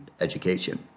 education